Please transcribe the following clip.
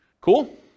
Cool